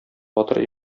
батыр